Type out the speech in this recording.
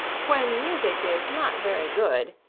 when music is not very good,